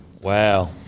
Wow